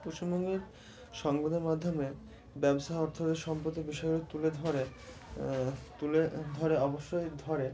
পশ্চিমবঙ্গের সংবাদের মাধ্যমে ব্যবসা অর্থনীতি সম্পর্কের বিষয়গুলো তুলে ধরে তুলে ধরে অবশ্যই ধরে